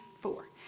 four